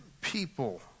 people